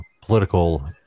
political